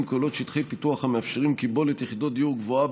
כוללות שטחי פיתוח המאפשרים קיבולת יחידות דיור גבוהה